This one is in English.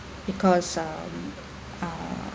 because um uh